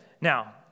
now